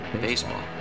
baseball